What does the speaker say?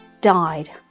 died